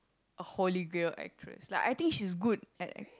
a holy grail actress like I think she's good